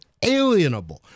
alienable